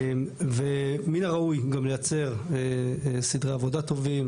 ומן הראוי גם לייצר סדרי עבודה טובים